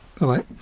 Bye-bye